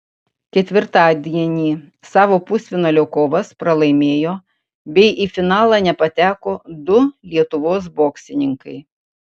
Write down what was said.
ketvirtadienį savo pusfinalio kovas pralaimėjo bei į finalą nepateko du lietuvos boksininkai